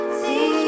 see